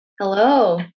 Hello